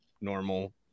normal